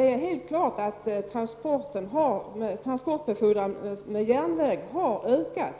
är alldeles klart att transportbefordran med järnvägen har ökat.